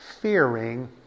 fearing